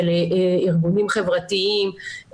של ארגונים חברתיים,